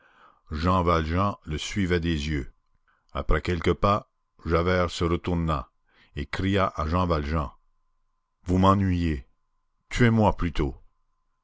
jean valjean le suivait des yeux après quelques pas javert se retourna et cria à jean valjean vous m'ennuyez tuez-moi plutôt